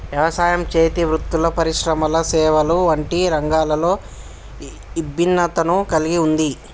యవసాయం, చేతి వృత్తులు పరిశ్రమలు సేవలు వంటి రంగాలలో ఇభిన్నతను కల్గి ఉంది